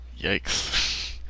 Yikes